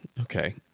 okay